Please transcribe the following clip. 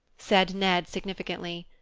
said ned, significantly.